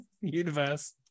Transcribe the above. universe